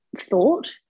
thought